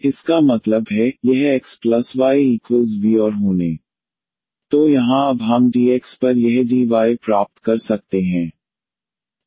इसका मतलब है यह x y v और होने तो यहाँ अब हम dx पर यह dy प्राप्त कर सकते हैं